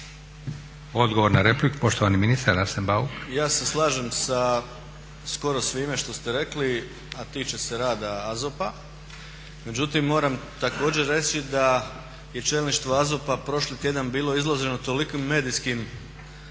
Odgovor na repliku poštovani ministar Arsen Bauk. **Bauk, Arsen (SDP)** Ja se slažem sa skoro svime što ste rekli a tiče se rada AZOP-a. Međutim, moram također reći da je čelništvo AZOP-a prošli tjedan bilo izloženo tolikim medijskim